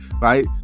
right